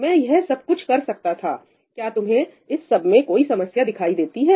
मैं यह सब कुछ कर सकता था क्या तुम्हें इस सब में कोई समस्या दिखाई देती है